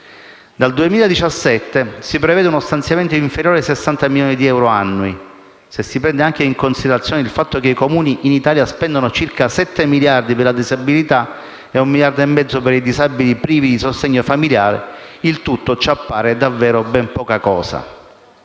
Dal 2017 di prevede uno stanziamento inferiore ai 60 milioni di euro annui; se si prende anche in considerazione il fatto che i Comuni italiani spendono circa sette miliardi per la disabilità e 1,5 miliardi per i disabili privi di sostegno familiare, il tutto ci appare davvero ben poca cosa.